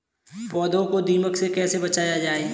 पौधों को दीमक से कैसे बचाया जाय?